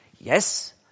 Yes